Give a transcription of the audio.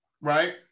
right